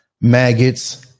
maggots